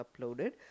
uploaded